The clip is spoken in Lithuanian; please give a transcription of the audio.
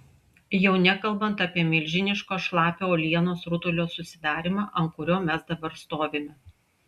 jau nekalbant apie milžiniško šlapio uolienos rutulio susidarymą ant kurio mes dabar stovime